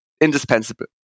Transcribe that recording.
indispensable